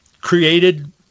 created